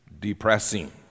depressing